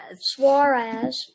Suarez